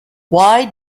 why